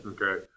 Okay